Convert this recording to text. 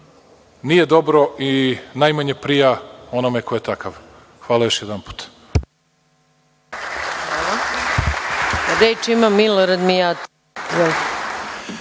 nije dobro i najmanje prija onome ko je takav. Hvala još jedanput.